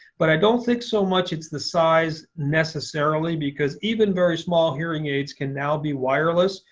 but i don't think so much it's the size, necessarily, because even very small hearing aids can now be wireless,